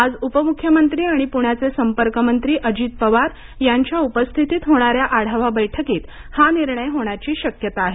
आज उपमुख्यमंत्री आणि पुण्याचे संपर्कमंत्री अजित पवार यांच्या उपस्थितीत होणाऱ्या आढावा बैठकीत हा निर्णय होण्याची शक्यता आहे